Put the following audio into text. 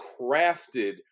crafted